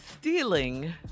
stealing